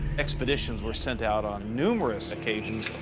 expeditions were sent out on numerous occasions,